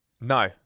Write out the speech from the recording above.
No